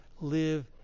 live